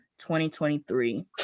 2023